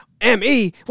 m-e